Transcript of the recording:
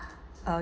uh